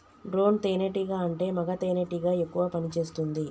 drone తేనే టీగా అంటే మగ తెనెటీగ ఎక్కువ పని చేస్తుంది